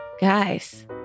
guys